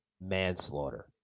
manslaughter